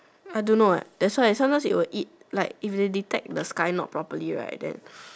I don't eh that's why sometimes it will eat like if it detect the sky not properly right then